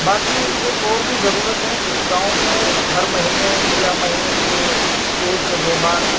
باقی ایک اور بھی ضرورت ہے کہ گاؤں میں ہر مہینے یا مہینے کے ایک یا دو بار